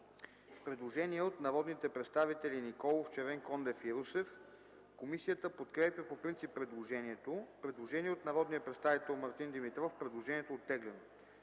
Предложение от народните представители Николов, Червенкондев и Русев. Комисията подкрепя по принцип предложението. Предложение от народния представител Мартин Димитров. Предложението е оттеглено.